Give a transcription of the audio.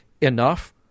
enough